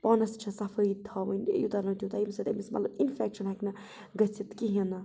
پانَس چھےٚ صفٲیی تھاوٕنۍ یوٗتاہ نہٕ تیوٗتاہ ییٚمہِ سۭتۍ أمِس مطلب اِنفیکشَن ہیٚکہِ نہٕ گٔژھِتھ کِہیٖنۍ نہٕ